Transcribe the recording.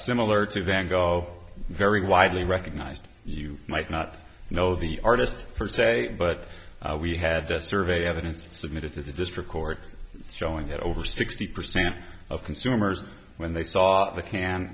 similar to van gogh very widely recognized you might not know the artist per se but we had to survey evidence submitted to the district court showing that over sixty percent of consumers when they saw the can